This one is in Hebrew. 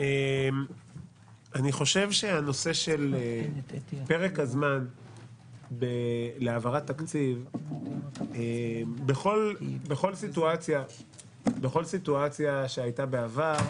אני חושב שהנושא של פרק הזמן להעברת תקציב בכל סיטואציה שהייתה בעבר,